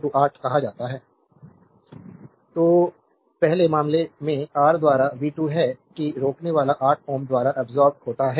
slide time देखें 2923 तो पहले मामले में आर द्वारा v2 है कि रोकनेवाला 8 Ω द्वारा अब्सोर्बेद होता है